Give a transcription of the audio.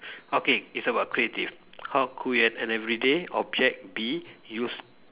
okay it's about creative how could an an everyday object be used